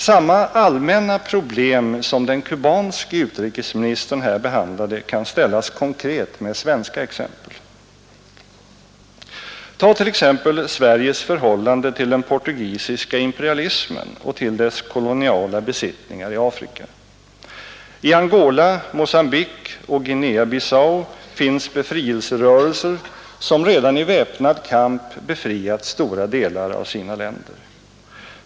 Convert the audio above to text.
Samma allmänna problem som den kubanske utrikesministern här behandlade kan ställas konkret med svenska exempel. Ta till exempel Sveriges förhållande till den portugisiska imperialismen och till dess koloniala besittningar i Afrika. I Angola, Mogambique och Guinea-Bissau finns befrielserörelser som redan i väpnad kamp befriat stora delar av sina länder.